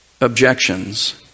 objections